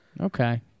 Okay